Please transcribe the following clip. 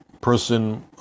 person